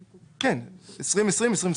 שחולקו ב-2020-2021 עולה על הרווחים --- ב-2020 זה